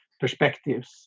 perspectives